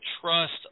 trust